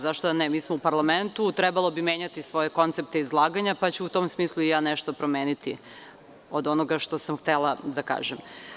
Zašto da ne, mi smo u parlamentu, trebalo bi menjati svoje koncepte izlaganja, pa ću u tom smislu i ja nešto promeniti od onoga što sam htela da kažem.